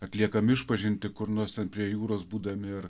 atliekam išpažintį kur nors ten prie jūros būdami ir